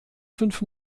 fünf